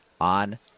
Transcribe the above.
on